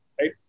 right